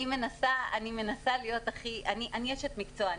אני אשת מקצוע.